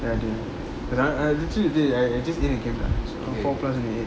ya dinner ah I literally I I just ate and came back so four plus until eight